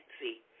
see